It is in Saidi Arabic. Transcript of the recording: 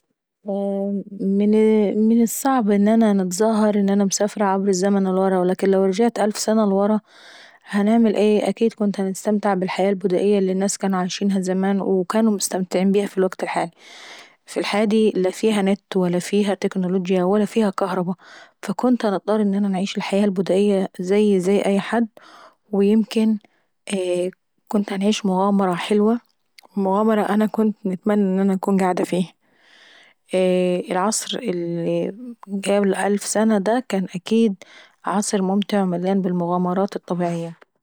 < الصعب انا انا نتظاهر ان انا مسافرة عبر الزمن لورا. ولكن لو رجعت الف سنة لورا هنعمل ايه اكيد كنت هنتستمتع بالحياة البدائية اللي الناس كانوا عايشين فيها وكانوا مستمعين بيها في الوكت الحالاي. فالحياة دي لا كان فيها نت ولا كان فيها كهرباه فكنت هنضططر ان انا نعيش الحياة البدائية زي اي حد. ويمكن هنعيش مغامراه حلوة مغامرة انا كنت نتمنى ان انا نكون قاعدة فيهي. اييه العصر اللي جبل الف سنة دا اكيد كان عصر ممتع ومليان بالمغامرات الطبيعية..